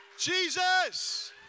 Jesus